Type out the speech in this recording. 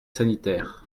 sanitaire